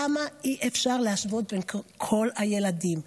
למה אי-אפשר להשוות בין כל הילדים?